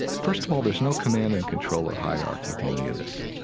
first of all theres no command and control or hierarchy to any of this.